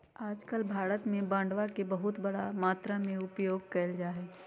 आजकल भारत में बांडवा के बहुत बड़ा मात्रा में उपयोग कइल जाहई